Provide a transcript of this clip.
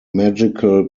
magical